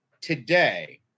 today